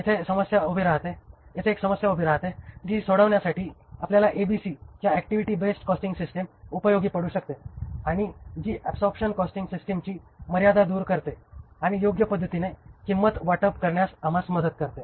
येथे एक समस्या उभी राहते जी सोडवण्या साठी आपल्याला एबीसी किंवा ऍक्टिव्हिटी बेस्ड कॉस्टिंग सिस्टम उपयोगी पडू शकते आणि जी ऍबसॉरबशन कॉस्टिंग सिस्टिमची मर्यादा दूर करते आणि योग्य पद्धतीने किंमत वाटप करण्यास आम्हाला मदत करते